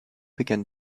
began